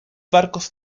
barcos